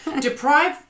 Deprive